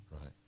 Right